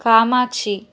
Kamakshi